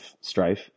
strife